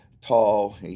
tall